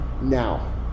now